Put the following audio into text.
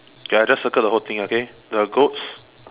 ya I just circle the whole thing okay the goats